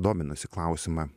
dominusį klausimą